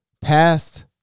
past